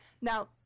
now